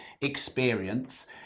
experience